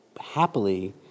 Happily